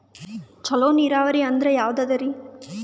ಚಲೋ ನೀರಾವರಿ ಅಂದ್ರ ಯಾವದದರಿ?